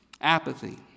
Apathy